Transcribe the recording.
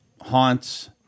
haunts